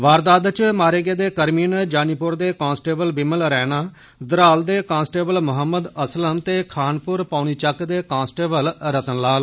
वारदात च मारे गेदे कर्मि न जानीपुर दे कांस्टेबल बिमल रैणा द्रहाल दे कांस्टेबल मोहम्मद असलम ते खानपुर पौनीचक्क दे कांस्टेबल रतनलाल